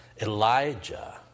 Elijah